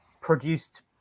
produced